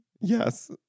Yes